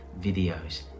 videos